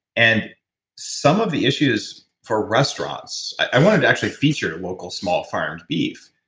and some of the issues for restaurants. i wanted to actually feature local small farmed beef,